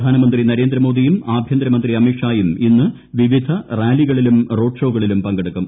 പ്രധാനമന്ത്രി നരേന്ദ്രമോദീയും ആഭ്യന്തരമന്ത്രി അമിത് ഷായും ഇന്ന് വിവിധ റാലികളിലും റോഡ് ഷോകളിലും പങ്കെടുക്കും